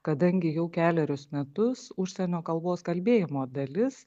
kadangi jau kelerius metus užsienio kalbos kalbėjimo dalis